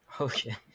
Okay